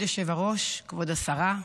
כבוד היושב-ראש, כבוד השרה,